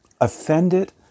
offended